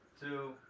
Two